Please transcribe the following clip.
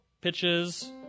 pitches